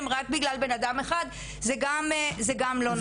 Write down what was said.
רק בגלל בן אדם אחד - זה גם לא נכון.